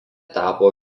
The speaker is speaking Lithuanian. tapo